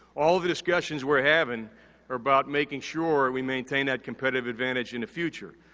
all the discussions we're having are about making sure we maintain that competitive advantage in the future.